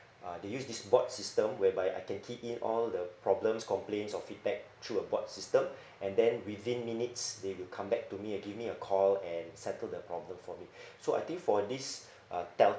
uh they use this bot system whereby I can key in all the problems complaints or feedback through a bot system and then within minutes they will come back to me and give me a call and settle the problem for me so I think for this uh telcos